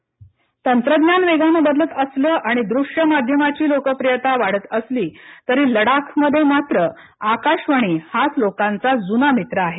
Ladakh radio तंत्रज्ञान वेगानं बदलत असलं आणि दृश्य माध्यमाची लोकप्रियता वाढत असली तरी लडाखमध्ये मात्र आकाशवाणी हाच लोकांचा जुना मित्र आहे